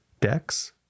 decks